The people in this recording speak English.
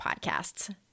podcasts